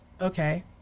okay